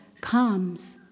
comes